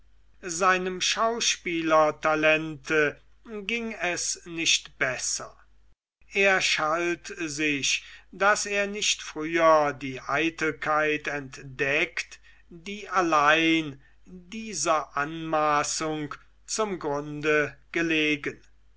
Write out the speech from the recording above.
seinem schauspielertalente ging es nicht besser er schalt sich daß er nicht früher die eitelkeit entdeckt die allein dieser anmaßung zum grunde gelegen